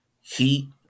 heat